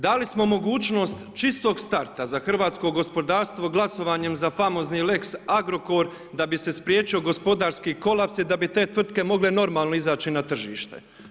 Dali smo mogućnost čistog starta za hrvatsko gospodarstvo glasovanjem za famozni lex Agrokor da bi se spriječio gospodarski kolaps i da bi te tvrtke mogle normalno izaći na tržište.